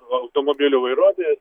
automobilių vairuotojas